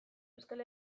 euskal